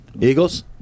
Eagles